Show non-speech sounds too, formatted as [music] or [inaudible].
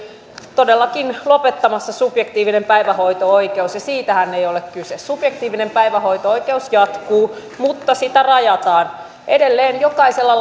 todellakin lopettamassa subjektiivinen päivähoito oikeus ja siitähän ei ole kyse subjektiivinen päivähoito oikeus jatkuu mutta sitä rajataan edelleen jokaisella [unintelligible]